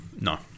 No